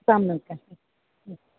सम्यक् अस्ति ह्म्